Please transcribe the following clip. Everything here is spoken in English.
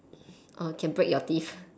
oh can break your teeth